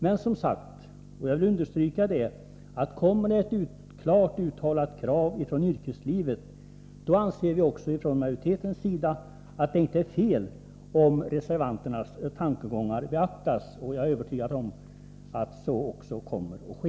Men om det kommer ett klart uttalat krav från yrkeslivet — och jag vill understryka det — anser vi även från majoritetens sida att det inte är fel om reservanternas tankegångar beaktas. Jag är då övertygad om att så också kommer att ske.